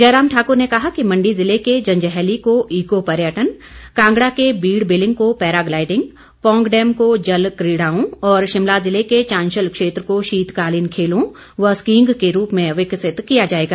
जयराम ठाकर ने कहा कि मंडी जिले के जंजैहली को ईको पर्यटन कांगड़ा के बीड़ बीलिंग को पैरा ग्लाइडिंग पौंग डैम को जल कीड़ाओं और शिमला ज़िले के चांशल क्षेत्र को शीतकालीन खेलों व स्कीईग के रूप में विकसित किया जाएगा